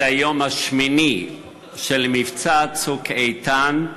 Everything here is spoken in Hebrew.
זה היום השמיני של מבצע "צוק איתן",